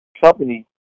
company